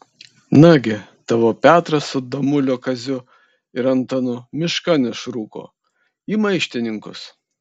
nagi tavo petras su damulio kaziu ir antanu miškan išrūko į maištininkus